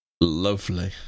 Lovely